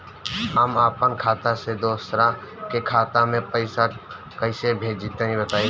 हम आपन खाता से दोसरा के खाता मे पईसा कइसे भेजि तनि बताईं?